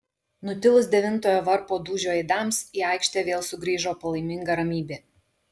nutilus devintojo varpo dūžio aidams į aikštę vėl sugrįžo palaiminga ramybė